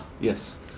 yes